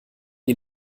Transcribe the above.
die